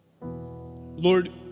Lord